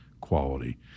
quality